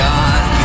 God